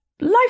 life